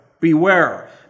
beware